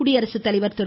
குடியரசு தலைவர் திரு